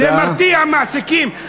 זה מרתיע מעסיקים.